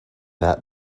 that